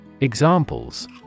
Examples